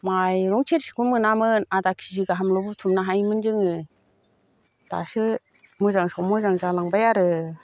माइरं सेरसेखौनो मोनमोन आदा केजि गाहामल' बुथुमनो हायोमोन जोङो दासो मोजां सायाव मोजां जालांबाय आरो